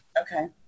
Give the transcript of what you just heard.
okay